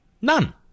None